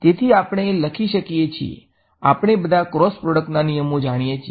તેથી આપણે લખી શકીએ છીએ આપણે બધા ક્રોસ પ્રોડક્ટના નિયમો જાણીએ છીએ